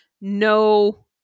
no